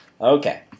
Okay